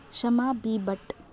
Shama B Bhat